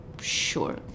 sure